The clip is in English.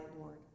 Lord